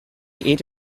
ate